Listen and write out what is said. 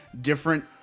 different